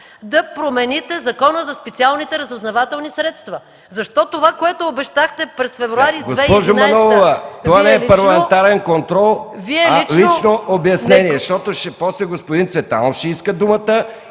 да промените Закона за специалните разузнавателни средства? Защо това, което обещахте през февруари... ПРЕДСЕДАТЕЛ МИХАИЛ МИКОВ: Госпожо Манолова, това не е парламентарен контрол, а лично обяснение! После господин Цветанов ще иска думата,